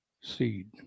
seed